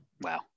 wow